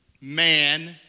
man